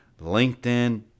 LinkedIn